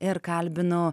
ir kalbinu